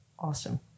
Awesome